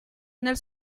nel